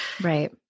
Right